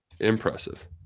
Impressive